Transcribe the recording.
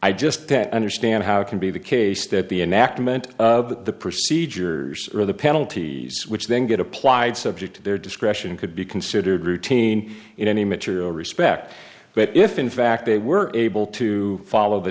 don't understand how it can be the case that the enactment of the procedures or the penalties which then get applied subject to their discretion could be considered routine in any material respect but if in fact they were able to follow the